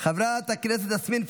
חברת הכנסת יסמין פרידמן,